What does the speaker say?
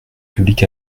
public